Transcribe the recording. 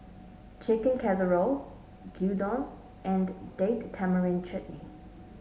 Chicken Casserole Gyudon and Date Tamarind Chutney